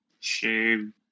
Shame